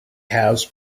has